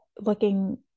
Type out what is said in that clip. looking